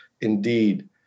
indeed